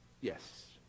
yes